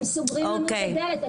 הם סוגרים לנו את הדלת.